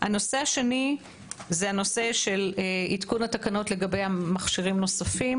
הנושא השני זה הנושא של עדכון התקנות לגבי מכשירים נוספים.